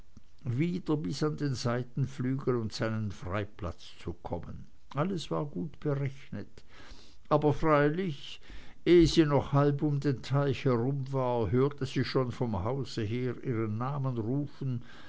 wieder bis an den seitenflügel und seinen freiplatz zu kommen alles war gut berechnet aber freilich ehe sie noch halb um den teich herum war hörte sie schon vom hause her ihren namen rufen